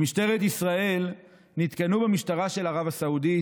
במשטרת ישראל נתקנאו במשטרה של ערב הסעודית.